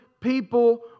people